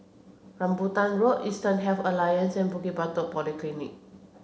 Rambutan Road Eastern Health Alliance and Bukit Batok Polyclinic